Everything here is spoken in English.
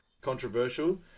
Controversial